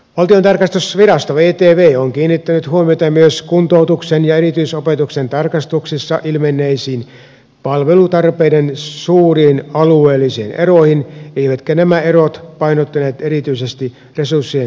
valtiontalouden tarkastusvirasto vtv on kiinnittänyt huomiota myös kuntoutuksen ja erityisopetuksen tarkastuksissa ilmenneisiin palvelutarpeiden suuriin alueellisiin eroihin eivätkä nämä erot painottuneet erityisesti resurssien kohdentamisesta